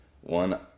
one